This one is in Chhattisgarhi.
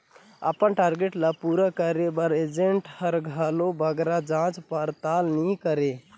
अपन टारगेट ल पूरा करे बर एजेंट हर घलो बगरा जाँच परताल नी करे